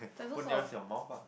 put nearer to your mouth ah